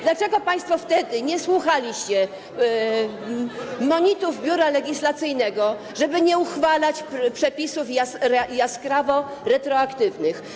Dlaczego państwo wtedy nie słuchaliście monitów Biura Legislacyjnego, żeby nie uchwalać przepisów jaskrawo retroaktywnych?